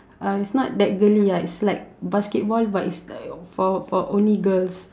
uh it's not that girly ah it's like basketball but it's for for only girls